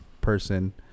person